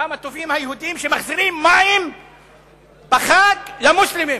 כמה טובים היהודים שמחזירים מים בחג למוסלמים.